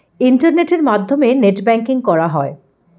ইন্টারনেটের মাধ্যমে net banking করা হয়